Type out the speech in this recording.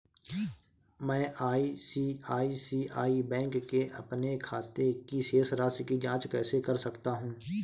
मैं ICICI bank के अपने खाते की शेष राशि की जाँच कैसे कर सकता हूँ?